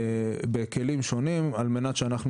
בכלים שונים על מנת שאנחנו